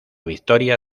victoria